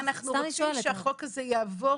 אנחנו פה כי אנחנו רוצים שהחוק הזה יעבור.